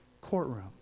courtroom